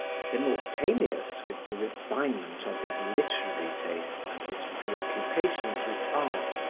simultaneous with the refinement of his literary taste and his preoccupations with art,